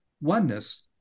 oneness